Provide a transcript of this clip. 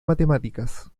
matemáticas